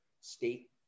state